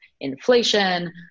inflation